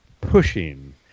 Pushing